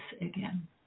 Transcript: again